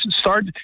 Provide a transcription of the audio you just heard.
start